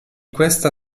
questa